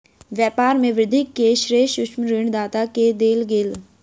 व्यापार में वृद्धि के श्रेय सूक्ष्म ऋण दाता के देल गेल